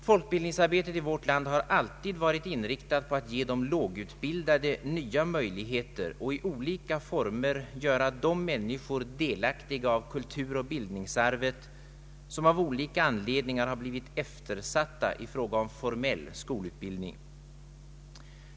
Folkbildningsarbetet i vårt land har alltid varit inriktat på att ge de lågutbildade nya möjligheter och i olika former göra de människor delaktiga av kulturoch bildningsarvet, vilka av olika anledningar blivit eftersatta i fråga om formell skolutbildning.